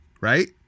right